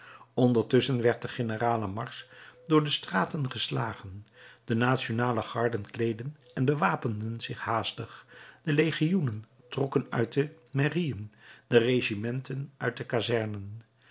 ondertusschen werd de generale marsch door de straten geslagen de nationale garden kleedden en wapenden zich haastig de legioenen trokken uit de mairieën de regimenten uit de kazernen